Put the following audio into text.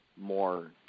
more